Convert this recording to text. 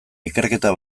ikerketa